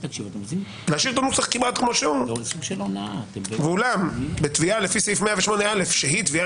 להשאיר את הנוסח כמו שהוא: "ואולם בתביעה לפי סעיף 108א שהיא תביעה